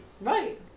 Right